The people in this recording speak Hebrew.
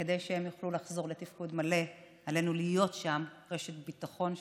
כדי שהם יוכלו לחזור לתפקוד מלא עלינו להיות שם רשת ביטחון שלהם.